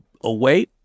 away